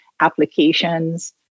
applications